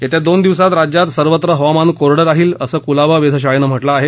येत्या दोन दिवसात राज्यात सर्वत्र हवामान कोरडं राहील असं कुलाबा वेधशाळेनं म्हटलं आहे